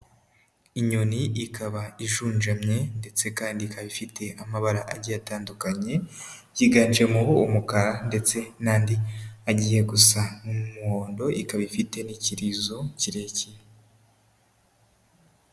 Inyoni ikaba ijunjamye ndetse kandi ikaba ifite amabara agiye atandukanye, yiganjemo umukara ndetse n'andi agiye gusa nk'umuhondo, ikaba ifite n'ikirizo kirekire.